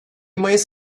mayıs